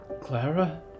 Clara